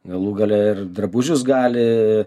galų gale ir drabužius gali